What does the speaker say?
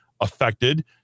affected